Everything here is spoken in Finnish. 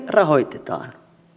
rahoitetaan